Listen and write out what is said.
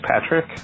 Patrick